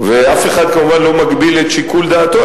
ואף אחד כמובן לא מגביל את שיקול דעתו.